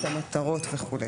את המטרות וכו'.